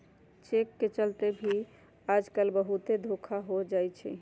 cheque के चलते भी आजकल बहुते धोखा हो जाई छई